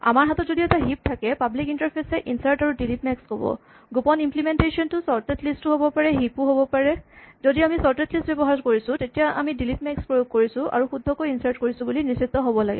আমাৰ হাতত যদি এটা হিপ থাকে পাব্লিক ইন্টাৰফেচ এ ইনচাৰ্ট আৰু ডিলিট মেক্স ক'ব গোপন ইম্লিমেন্টেচন টো চৰ্টেড লিষ্ট ও হ'ব পাৰে হিপ ও হ'ব পাৰে যদি আমি চৰ্টেড লিষ্ট ব্যৱহাৰ কৰিছোঁ তেতিয়া আমি ডিলিট মেক্স প্ৰয়োগ কৰিছোঁ আৰু শুদ্ধকৈ ইনচাৰ্ট কৰিছোঁ বুলি নিশ্চিত হ'ব লাগে